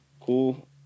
cool